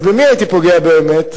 אז במי הייתי פוגע באמת?